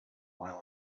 mile